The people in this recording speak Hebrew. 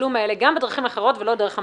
התשלום האלה גם בדרכים אחרות ולא דרך המסופונים.